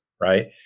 Right